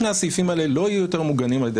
שני הסעיפים האלה בכלל לא יהיו יותר מוגנים על ידי